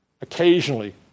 Occasionally